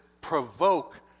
provoke